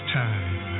time